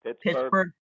Pittsburgh